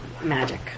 magic